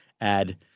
add